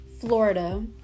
florida